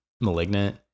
Malignant